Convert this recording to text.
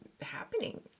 happening